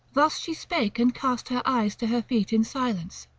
thus she spake, and cast her eyes to her feet in silence,